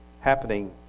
happening